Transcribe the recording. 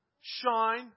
Shine